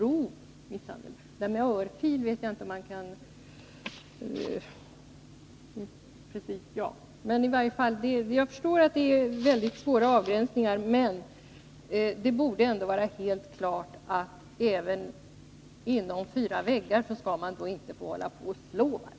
Det där med örfil vet jag inte precis om man kan ta med i detta resonemang. Jag förstår att det är mycket svåra avgränsningar, men det borde ändå vara helt klart att man inte heller inom fyra väggar skall få hålla på och slå varandra.